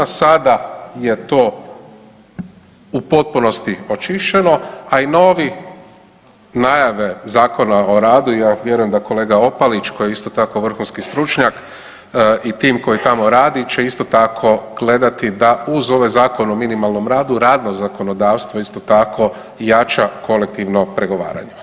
Sada je to u potpunosti očišćeno, a i nove najave Zakona o radu i ja vjerujem da kolega Opalić koji je isto tako vrhunski stručnjak i tim koji tamo radi će isto tako gledati da uz ovaj Zakon o minimalnom radu radno zakonodavstvo isto tako jača kolektivno pregovaranje.